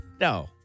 no